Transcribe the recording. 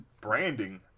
Branding